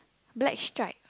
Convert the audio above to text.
black stripe